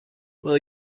will